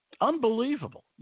Unbelievable